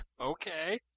Okay